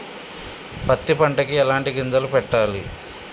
పత్తి పంటకి ఎలాంటి గింజలు పెట్టాలి?